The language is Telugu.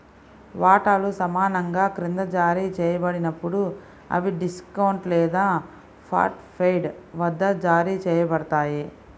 వాటాలు సమానంగా క్రింద జారీ చేయబడినప్పుడు, అవి డిస్కౌంట్ లేదా పార్ట్ పెయిడ్ వద్ద జారీ చేయబడతాయి